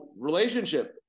relationship